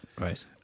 Right